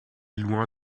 loin